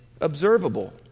observable